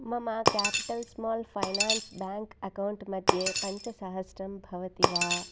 मम Capital Small Finance Bank account मध्ये पञ्चसहस्रं भवति वा